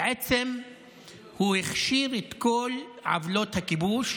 בעצם הוא הכשיר את כל עוולות הכיבוש.